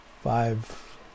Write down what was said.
five